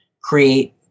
create